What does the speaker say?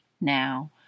Now